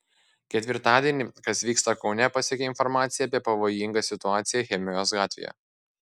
ketvirtadienį kas vyksta kaune pasiekė informacija apie pavojingą situaciją chemijos gatvėje